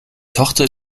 tochter